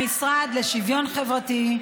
המשרד לשוויון חברתי,